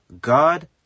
God